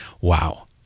Wow